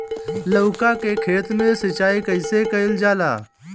लउका के खेत मे सिचाई कईसे कइल जाला?